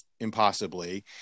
impossibly